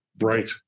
right